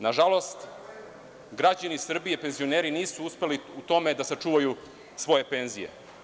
Nažalost, građani Srbije, penzioneri nisu uspeli u tome da sačuvaju svoje penzije.